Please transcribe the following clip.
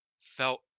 felt